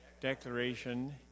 declaration